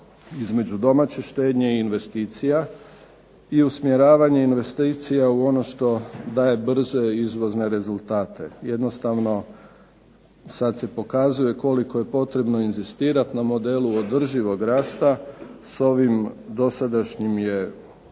između domaće štednje i investicija i usmjeravanje investicija u ono što daje brze izvozne rezultate. Jednostavno, sad se pokazuje koliko je potrebno inzistirati na modelu održivog rasta. S ovim dosadašnjim je